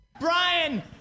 Brian